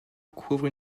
couvre